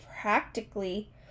practically